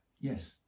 Yes